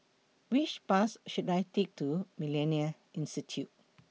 Which Bus should I Take to Millennia Institute